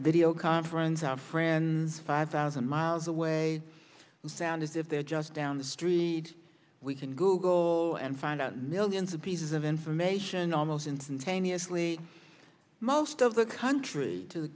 video conference our friends five thousand miles away sound as if they're just down the street we can google and find out millions of pieces of information almost instantaneously most of the country to the